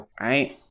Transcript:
Right